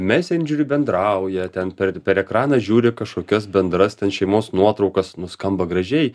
mesendžeriu bendrauja ten per per ekraną žiūri kažkokias bendras šeimos nuotraukas nu skamba gražiai